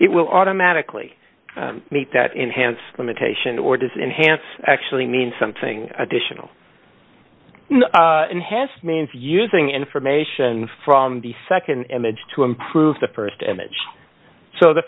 it will automatically make that enhance limitation or does enhanced actually mean something additional enhanced means using information from the nd image to improve the st image so the